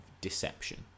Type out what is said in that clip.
deception